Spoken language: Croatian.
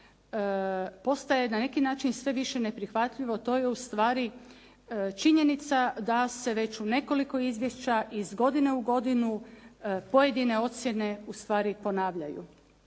postaje na neki način sve više neprihvatljivo, to je ustvari činjenica da se već u nekoliko izvješća iz godine u godinu pojedine ocjene ustvari ponavljaju